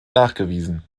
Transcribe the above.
nachgewiesen